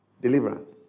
deliverance